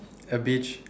a beach